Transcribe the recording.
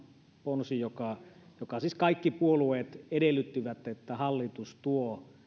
ponsi jossa siis kaikki puolueet edellyttivät että hallitus tuo